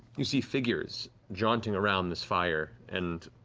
you see figures jaunting around this fire and